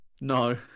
no